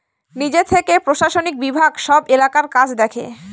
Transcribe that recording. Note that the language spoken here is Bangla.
নিজে থেকে প্রশাসনিক বিভাগ সব এলাকার কাজ দেখে